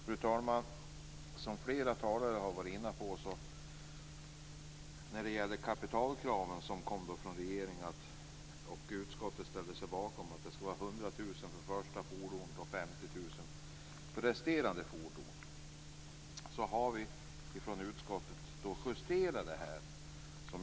Fru talman! Som flera talare här varit inne på när det gäller de kapitalkrav som kommit från regeringen och som utskottet ställt sig bakom - 100 000 kr för första fordonet och 50 000 kr för resterande fordon - har vi i utskottet justerat detta.